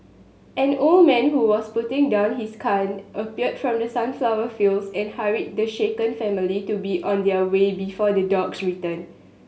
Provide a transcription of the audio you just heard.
an old man who was putting down his gun appeared from the sunflower fields and hurried the shaken family to be on their way before the dogs return